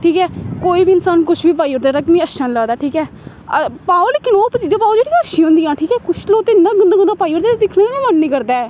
ठीक ऐ कोई बी इंसान कुछ बी पाई ओड़दा जेह्ड़ा मीं अच्छा निं लगदा ठीक ऐ पाओ लेकिन ओह् चीजां पाओ जेह्ड़ियां अच्छियां होंदियां ठीक ऐ कुछ लोक इन्ना गंदा गंदा पाई ओड़दे ते दिक्खने ते मन निं करदा ऐ